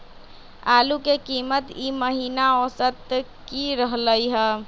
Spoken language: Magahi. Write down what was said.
आलू के कीमत ई महिना औसत की रहलई ह?